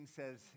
says